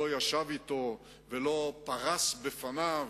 לא ישב אתו ולא פרס בפניו,